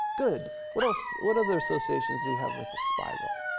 good, what else, what other associations do you have with the spiral,